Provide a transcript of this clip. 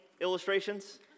illustrations